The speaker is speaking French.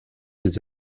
des